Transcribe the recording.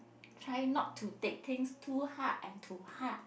try not to take things too hard and to heart